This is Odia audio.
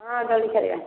ହଁ ଦୋଳି ଖେଳିବା